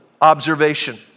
observation